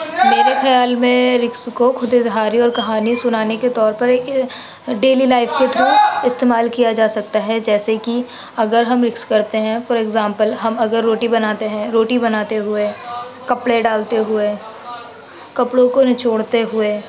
میرے خیال میں رکس کو خوداظہاری اور کہانی سنانے کے طور پر ایک ڈیلی لائف کے تھرو استعمال کیا جاسکتا ہے جیسے کہ اگر ہم رکس کرتے ہیں فار اگزامپل ہم اگر روٹی بناتے ہیں روٹی بناتے ہوئے کپڑے ڈالتے ہوئے کپڑوں کو نچوڑتے ہوئے